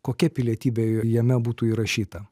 kokia pilietybė jame būtų įrašyta